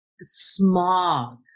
smog